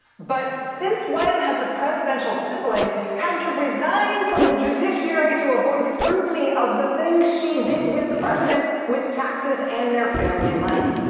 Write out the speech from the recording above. but since when has a presidential sibling had to resign from the judiciary to avoid scrutiny of the things she did with the president with taxes and their family money?